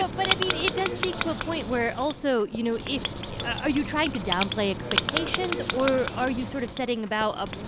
but but, i mean, it does speak to a point where also, you know, if are you trying to downplay expectations, or are you sort of setting about a,